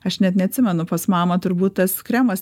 aš net neatsimenu pas mamą turbūt tas kremas